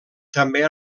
també